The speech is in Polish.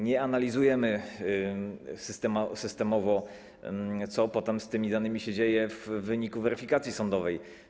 Nie analizujemy systemowo, co potem z tymi danymi się dzieje w wyniku weryfikacji sądowej.